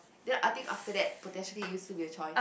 then I think after that potentially it'll still be a choice